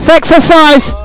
Exercise